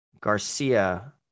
Garcia